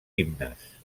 himnes